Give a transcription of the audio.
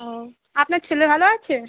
ও আপনার ছেলে ভালো আছে